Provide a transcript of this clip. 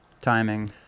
timing